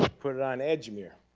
put it on edgemere.